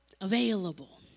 available